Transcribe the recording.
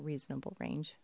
reasonable range